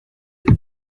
elle